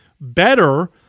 better